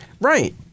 right